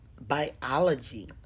biology